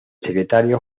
secretario